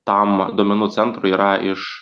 tam duomenų centrui yra iš